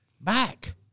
back